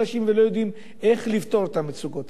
ולא יודעים איך לפתור את המצוקות האלה.